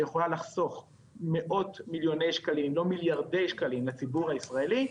שיכולה לחסוך מאות מיליוני שקלים לציבור הישראלי,